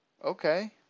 Okay